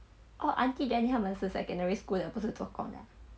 oh auntie danny 他们是 secondary school 的不是做工的 ah